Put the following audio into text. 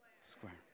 square